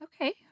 Okay